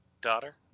daughter